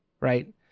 right